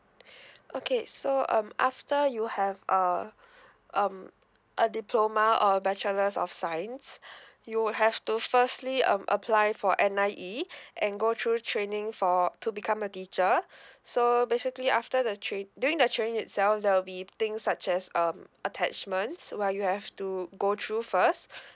okay so um after you have uh um a diploma or a bachelors of science you would have to firstly um apply for N_I_E and go through training for to become a teacher so basically after the trai~ during the training itself there will be things such as um attachments while you have to go through first